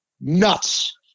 nuts